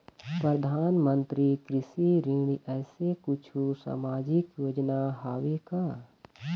परधानमंतरी कृषि ऋण ऐसे कुछू सामाजिक योजना हावे का?